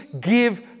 give